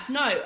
no